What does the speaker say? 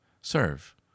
serve